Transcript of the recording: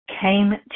Came